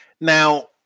Now